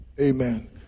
Amen